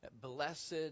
Blessed